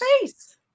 Face